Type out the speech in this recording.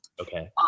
Okay